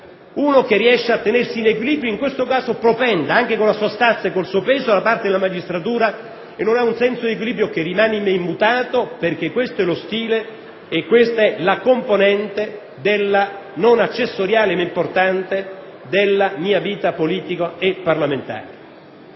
uno che riesce a tenersi in equilibrio, in questo caso propenda, anche con la sua stazza e con il suo peso, dalla parte della magistratura e non abbia un senso di equilibrio; in realtà esso rimane immutato, perché questo è lo stile e questa è la componente - non accessoria, ma importante - della mia vita politica e parlamentare.